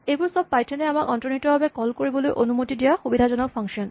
এইবোৰ চব পাইথন এ আমাক অন্তনিহিতভাৱে কল কৰিবলৈ অনুমতি দিয়া সুবিধাজনক ফাংচন